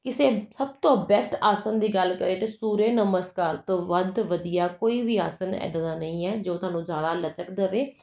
ਕਿਸੇ ਸਭ ਤੋਂ ਬੈਸਟ ਆਸਨ ਦੀ ਗੱਲ ਕਰੇ ਤਾਂ ਸੂਰਿਆ ਨਮਸਕਾਰ ਤੋਂ ਵੱਧ ਵਧੀਆ ਕੋਈ ਵੀ ਆਸਨ ਇੱਦਾਂ ਦਾ ਨਹੀਂ ਹੈ ਜੋ ਤੁਹਾਨੂੰ ਜ਼ਿਆਦਾ ਲਚਕ ਦੇਵੇ